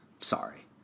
Sorry